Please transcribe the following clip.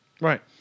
right